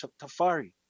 Tafari